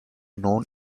known